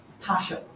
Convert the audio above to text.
partial